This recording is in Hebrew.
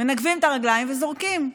מנגבים את הרגליים וזורקים.